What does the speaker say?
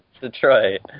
Detroit